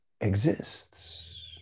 exists